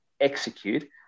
execute